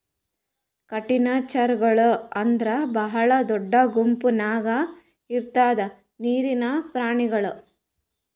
ಕಠಿಣಚರ್ಮಿಗೊಳ್ ಅಂದುರ್ ಭಾಳ ದೊಡ್ಡ ಗುಂಪ್ ನ್ಯಾಗ ಇರದ್ ನೀರಿನ್ ಪ್ರಾಣಿಗೊಳ್